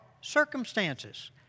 circumstances